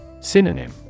Synonym